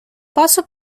posso